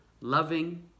Loving